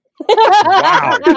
Wow